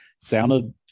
sounded